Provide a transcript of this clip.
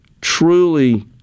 truly